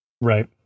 Right